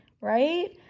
right